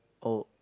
oh